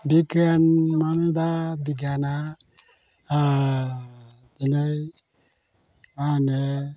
बिगियान माने दा बिगियानआ दिनै मा होनो